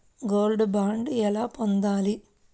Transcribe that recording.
Gold bond ఎలా పొందాలి?